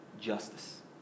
justice